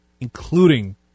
including